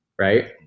Right